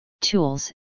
tools